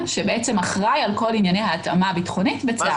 שאחראי על כל ענייני ההתאמה הביטחונית בצה"ל.